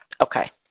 Okay